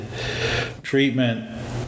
treatment